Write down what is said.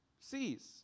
sees